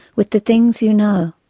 with the things you know.